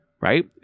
right